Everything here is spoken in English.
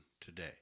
today